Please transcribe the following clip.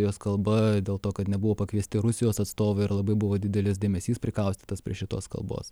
jos kalba dėl to kad nebuvo pakviesti rusijos atstovai ir labai buvo didelis dėmesys prikaustytas prie šitos kalbos